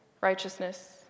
righteousness